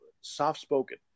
soft-spoken